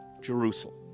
Jerusalem